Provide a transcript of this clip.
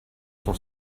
son